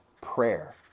prayer